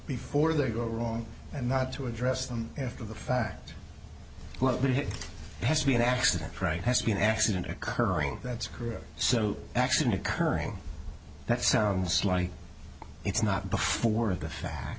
before they go wrong and not to address them after the fact that it has to be an accident right has to be an accident occurring that's korea so action occurring that sounds like it's not before the fact